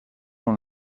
dans